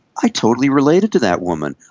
i totally related to that woman.